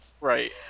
right